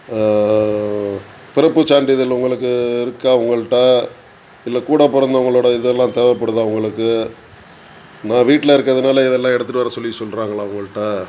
பிறப்புச் சான்றிதழ் உங்களுக்கு இருக்கா உங்கள்கிட்ட இல்லை கூடப் பிறந்தவங்களோட இதெல்லாம் தேவைப்படுதா உங்களுக்கு நான் வீட்டில் இருக்கிறதுனால இதெல்லாம் எடுத்துகிட்டு வரச் சொல்லி சொல்கிறாங்களா உங்கள்கிட்ட